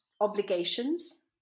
obligations